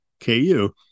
KU